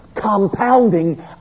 compounding